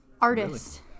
artist